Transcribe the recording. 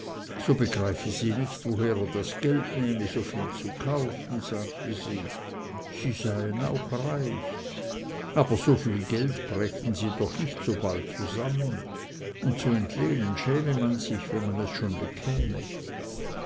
so begreife sie nicht woher er das geld nehme so viel zu kaufen sagte sie sie seien auch reich aber so viel geld brächten sie doch nicht so bald zusammen und zu entlehnen schäme man sich wenn man es schon bekäme